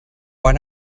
why